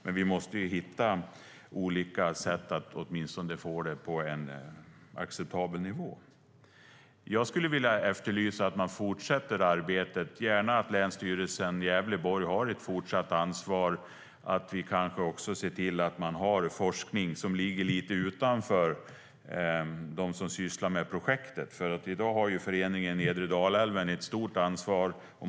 Men vi måste hitta olika sätt att få det på en åtminstone acceptabel nivå. Jag efterlyser att man fortsätter arbetet, att Länsstyrelsen i Gävleborg gärna har ett fortsatt ansvar och att vi ser till att man har forskning som ligger lite utanför dem som sysslar med projektet. I dag har nedre Dalälvens förening ett stort ansvar.